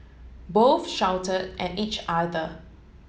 both shouted at each other